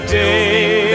day